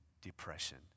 depression